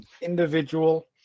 individual